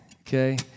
okay